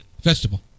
vegetable